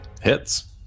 hits